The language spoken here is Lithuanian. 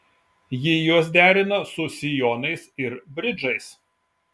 ji juos derina su sijonais ir bridžais